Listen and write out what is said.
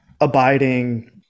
abiding